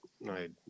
Right